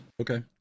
Okay